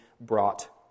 brought